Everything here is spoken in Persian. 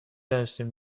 دانستیم